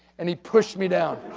and he pushed me down.